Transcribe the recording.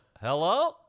Hello